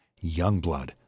Youngblood